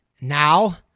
now